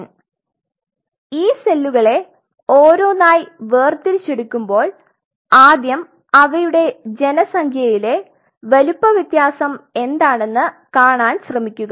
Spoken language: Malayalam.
അതിനാൽ ഈ സെല്ലുകളെ ഓരോന്നായി വേര്തിരിച്ചെടുക്കുമ്പോൾ ആദ്യം അവയുടെ ജനസംഖ്യയിലെ വലുപ്പ വ്യത്യാസം എന്താണെന്ന് കാണാൻ ശ്രമിക്കുക